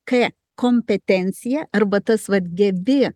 k kompetencija arba tas vat gebi